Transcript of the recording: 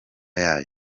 yayo